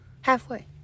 halfway